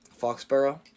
Foxborough